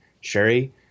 Sherry